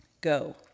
Go